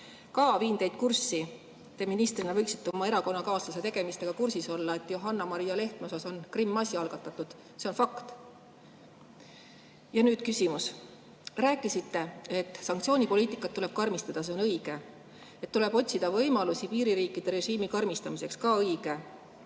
Ka viin teid kurssi, te ministrina võiksite oma erakonnakaaslase tegemistega kursis olla. Johanna-Maria Lehtme suhtes on kriminaalasi algatatud, see on fakt. Ja nüüd küsimus. Rääkisite, et sanktsioonipoliitikat tuleb karmistada. See on õige. Tuleb otsida võimalusi piiririikide režiimi karmistamiseks – ka õige.